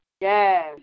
Yes